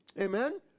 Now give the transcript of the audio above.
Amen